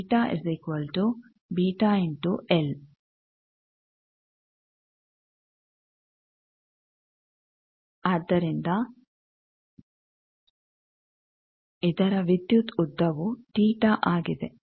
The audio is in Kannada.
ಆದ್ದರಿಂದ ಇದರ ವಿದ್ಯುತ್ ಉದ್ದವು ತೀಟtheta θ ಆಗಿದೆ